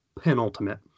penultimate